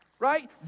Right